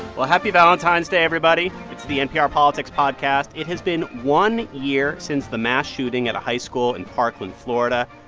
well, happy valentine's day, everybody. it's the npr politics podcast. it has been one year since the mass shooting at a high school in parkland, fla. and